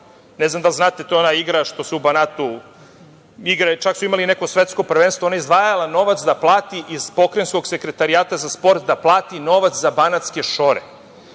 Ne znam da li znate? To je ona igra što se u Banatu igra. Čak su imali i neko svetsko prvenstvo. Ona je izdvajala novac iz pokrajinskog sekretarijata za sport da plati za banatske šore.U